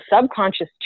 subconscious